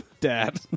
Dad